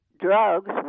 drugs